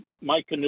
Mike